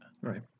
Right